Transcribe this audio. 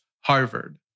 Harvard